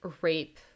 rape